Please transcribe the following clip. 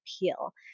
appeal